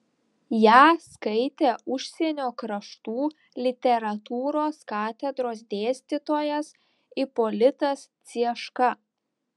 ją skaitė užsienio kraštų literatūros katedros dėstytojas ipolitas cieška